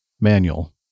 Manual